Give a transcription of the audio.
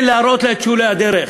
כן להראות לה את שולי הדרך.